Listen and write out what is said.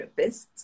therapists